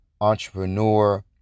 entrepreneur